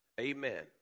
Amen